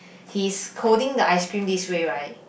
he is holding the ice cream this way right